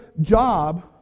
job